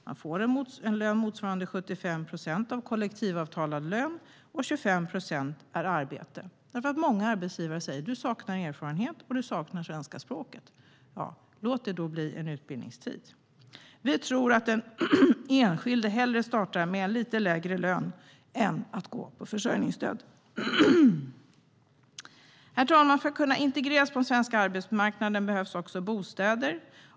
Man får en lön motsvarande 75 procent av kollektivavtalad lön, och 25 procent är arbete. Många arbetsgivare säger: Du saknar erfarenhet, och du saknar svenska språket. Låt det då bli en utbildningstid. Vi tror att den enskilde hellre startar med en lite lägre lön än går på försörjningsstöd. Herr talman! För att kunna integreras på den svenska arbetsmarknaden behövs också bostäder.